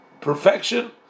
perfection